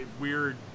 weird